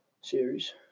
series